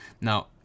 Now